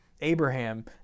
Abraham